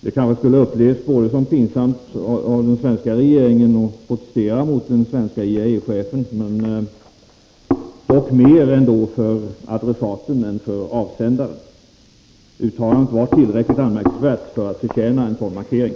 Det kanske skulle upplevts som pinsamt för den svenska regeringen att protestera mot den svenska IAEA-chefen, dock än mer för adressaten än för avsändaren. Uttalandet var tillräckligt anmärkningsvärt för att förtjäna en sådan markering.